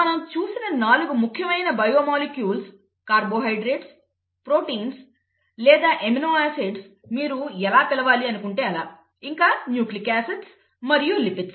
మనం చూసిన నాలుగు ముఖ్యమైన బయో మాలిక్యూల్స్ కార్బోహైడ్రేట్స్ ప్రోటీన్స్ లేదా ఏమినో ఆసిడ్స్ మీరు ఎలా పిలవాలి అనుకుంటే అలా ఇంకా న్యూక్లిక్ ఆసిడ్స్ మరియు లిపిడ్స్